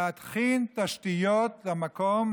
להכין תשתיות למקום,